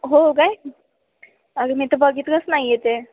हो काय अग मी तर बघितलंच नाही आहे ते